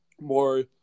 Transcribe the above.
More